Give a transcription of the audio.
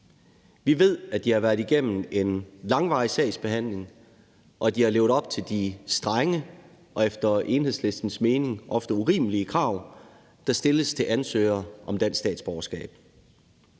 Vi ved, at de har været igennem en langvarig sagsbehandling, og at de har levet op til de strenge og efter Enhedslistens mening ofte urimelige krav, der stilles til ansøgere om dansk statsborgerskab.